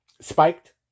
Spiked